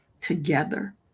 together